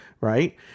right